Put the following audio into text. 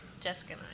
Jessica